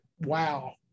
wow